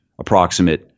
approximate